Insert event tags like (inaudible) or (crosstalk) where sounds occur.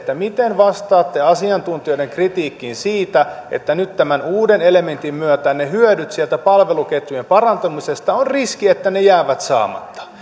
miten vastaatte asiantuntijoiden kritiikkiin siitä että nyt tämän uuden elementin myötä on riski että ne hyödyt sieltä palveluketjujen parantumisesta jäävät saamatta (unintelligible)